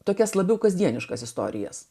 tokias labiau kasdieniškas istorijas